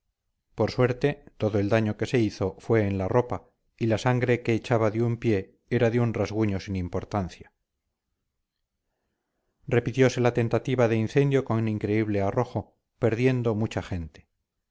por suerte todo el daño que se hizo fue en la ropa y la sangre que echaba de un pie era de un rasguño sin importancia repitiose la tentativa de incendio con increíble arrojo perdiendo mucha gente